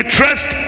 trust